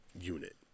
unit